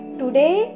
today